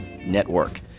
Network